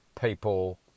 people